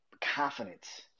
Confidence